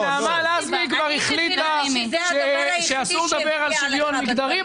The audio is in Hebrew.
נעמה לזימי כבר החליטה שאסור לדבר על שוויון מגדרי.